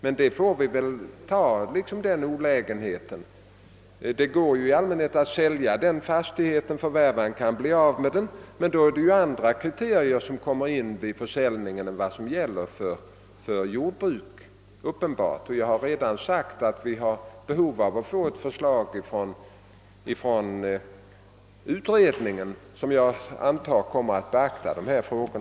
Denna olägenhet måste vi ta. Det går i allmänhet att sälja en sådan fastighet, men då är det uppenbarligen andra kriterier än de som gäller för jordbruk som kommer in vid försäljningen. Jag har redan sagt att vi har behov av att få ett förslag från utredningen som antagligen kommer att beakta dessa frågor.